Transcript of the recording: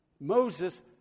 Moses